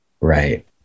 Right